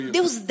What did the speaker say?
Deus